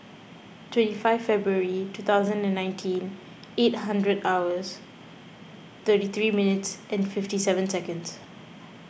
twenty five February two thousand and nineteen eight hundred hours thirty three minutes and fifty seven seconds